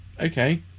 Okay